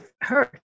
hurt